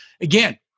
again